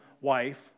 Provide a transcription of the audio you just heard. wife